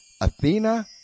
Athena